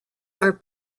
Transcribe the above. are